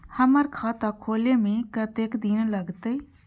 हमर खाता खोले में कतेक दिन लगते?